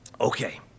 Okay